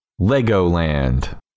Legoland